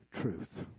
truth